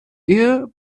ehe